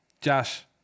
Josh